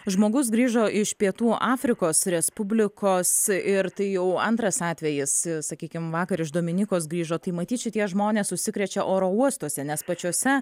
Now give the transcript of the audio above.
žmogus grįžo iš pietų afrikos respublikos ir tai jau antras atvejis sakykim vakar iš dominikos grįžo tai matyt šitie žmonės užsikrečia oro uostuose nes pačiose